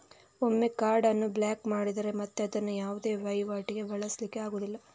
ಒಮ್ಮೆ ಕಾರ್ಡ್ ಅನ್ನು ಬ್ಲಾಕ್ ಮಾಡಿದ್ರೆ ಮತ್ತೆ ಅದನ್ನ ಯಾವುದೇ ವೈವಾಟಿಗೆ ಬಳಸ್ಲಿಕ್ಕೆ ಆಗುದಿಲ್ಲ